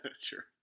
Sure